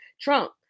Trump